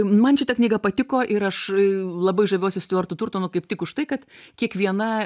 man šita knyga patiko ir aš labai žaviuosi stiuartų turtonu kaip tik už tai kad kiekviena